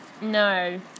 no